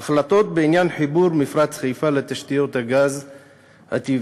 בעקבות החלטות בעניין חיבור מפרץ חיפה לתשתיות הגז הטבעי.